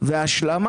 אלה הסעיפים.